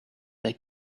they